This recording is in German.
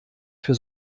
für